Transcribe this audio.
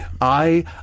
I